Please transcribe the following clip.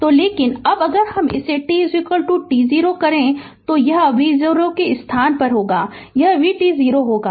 तो लेकिन अब अगर हम इसे t t0 कर दें तो यह v0 के स्थान पर होगा यह vt0 होगा